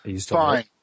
fine